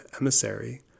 emissary